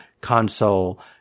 console